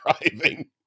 driving